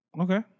Okay